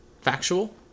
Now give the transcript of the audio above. factual